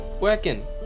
working